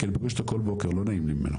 כי אני פוגש אותו כל בוקר, לא נעים לי ממנו.